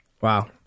Wow